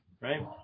right